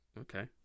Okay